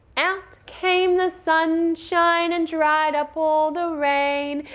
out came the sunshine and dried up all the rain.